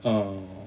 orh